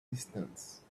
distance